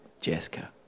Jessica